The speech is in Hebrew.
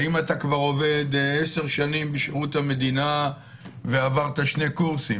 האם אתה עובד כבר עשר שנים בשירות המדינה ועברת שני קורסים